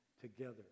together